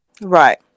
Right